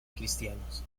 cristianos